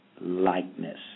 likeness